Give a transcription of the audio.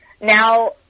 now